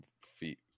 feet